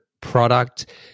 product